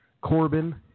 Corbin